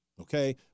okay